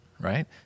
Right